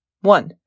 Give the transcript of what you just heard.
One